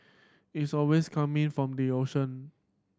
it's always coming from the ocean